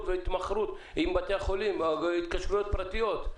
והתמחרות עם בתי החולים בהתקשרויות פרטיות.